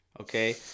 Okay